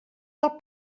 del